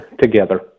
together